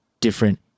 different